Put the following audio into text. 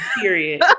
Period